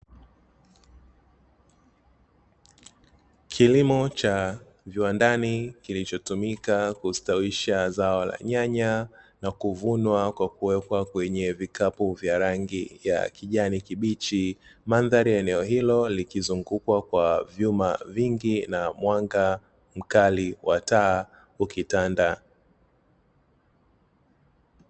Kilimo cha viwandani kilichotumika kustawisha zao la nyanya na kuvunwa kwa kuwekwa kwenye vikapu vya rangi ya kijani kibichi, mandhari ya eneo hilo likizungukwa kwa vyuma vingi na mwanga mkali wa taa ukitanda.